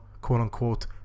quote-unquote